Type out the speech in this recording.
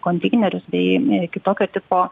konteinerius bei ė kitokio tipo